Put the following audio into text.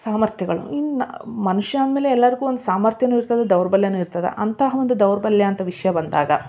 ಸಾಮರ್ಥ್ಯಗಳು ಇನ್ನು ಮನುಷ್ಯ ಅಂದ್ಮೇಲೆ ಎಲ್ಲರಿಗು ಒಂದು ಸಾಮರ್ಥ್ಯನು ಇರ್ತದ ದೌರ್ಬಲ್ಯನು ಇರ್ತದ ಅಂತಹ ಒಂದು ದೌರ್ಬಲ್ಯ ಅಂತ ವಿಷಯ ಬಂದಾಗ